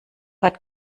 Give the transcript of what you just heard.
hat